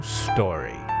story